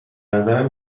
نظرم